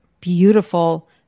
beautiful